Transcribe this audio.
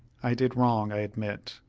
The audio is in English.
i did wrong, i admit,